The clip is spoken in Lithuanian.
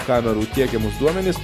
kamerų tiekiamus duomenis